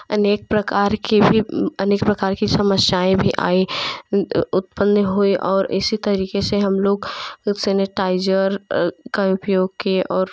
अनेक प्रकार की भी अनेक प्रकार समस्याएँ भी आईं उत्पन्न हुए और इसी तरीक़े से हम लोग सेनीटाइजर का उपयोग किए और